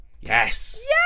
Yes